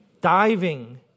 diving